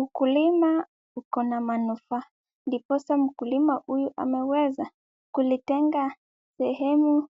Ukulima uko na manufaa, ndiposa mkulima huyu ameweza kulitenga sehemu